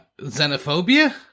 xenophobia